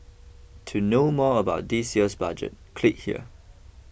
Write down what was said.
to know more about this year's budget click here